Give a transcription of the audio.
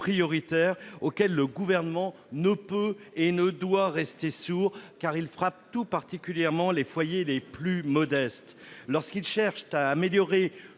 auquel le Gouvernement ne peut et ne doit pas rester sourd, car il frappe tout particulièrement les foyers les plus modestes. Lorsqu'ils cherchent à améliorer